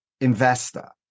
investor